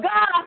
God